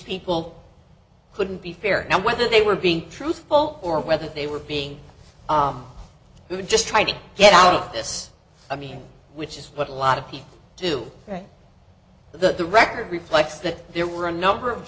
people couldn't be fair and whether they were being truthful or whether they were being who were just trying to get out of this i mean which is what a lot of people do right the the record reflects that there were a number of